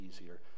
easier